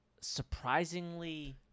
surprisingly